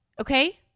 okay